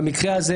במקרה הזה,